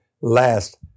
last